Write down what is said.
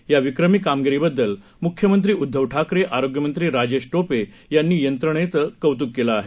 या विक्रमी कामगिरीबद्दल मुख्यमंत्री उद्धव ठाकरे आरोग्यमंत्री राजेश टोपे यांनी यंत्रणेचं कौतुक केलं आहे